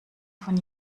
von